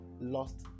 lost